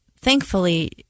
Thankfully